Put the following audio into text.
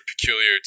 peculiar